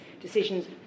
decisions